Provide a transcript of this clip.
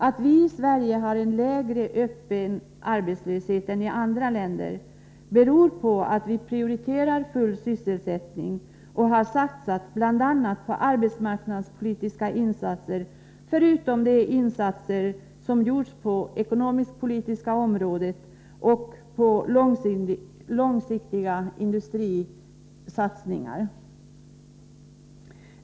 Att vi i Sverige har en lägre öppen arbetslöshet än i andra länder beror på att vi prioriterar full sysselsättning och har satsat på arbetsmarknadspolitiska insatser, förutom vad som har gjorts på det ekonomisk-politiska området och i fråga om långsiktiga industrisatsningar.